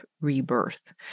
rebirth